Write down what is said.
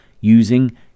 using